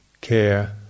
care